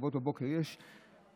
בשבועות בבוקר יש עשרות,